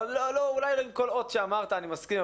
אולי לא לכל אות שאמרת אני מסכים,